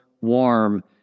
warm